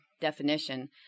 definition